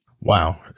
Wow